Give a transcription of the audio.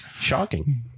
shocking